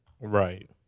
Right